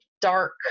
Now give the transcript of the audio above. dark